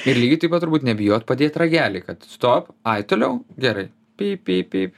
ir lygiai taip pat turbūt nebijot padėt ragelį kad stop ai toliau gerai pyp pyp pyp